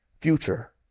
future